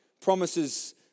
promises